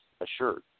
assured